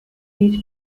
beach